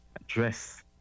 address